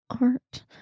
art